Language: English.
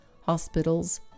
hospitals